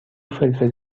فلفل